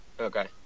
Okay